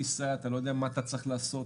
אתה לא יודע מה אתה צריך לעשות,